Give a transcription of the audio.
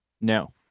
No